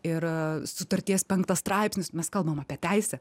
ir sutarties penktas straipsnis mes kalbam apie teisę